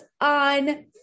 on